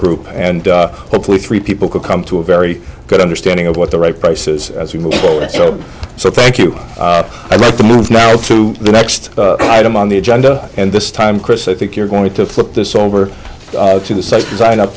group and hopefully three people could come to a very good understanding of what the right price is so so thank you i make the move now to the next item on the agenda and this time chris i think you're going to flip this over to the site design up